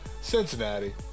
Cincinnati